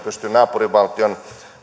pysty naapurivaltion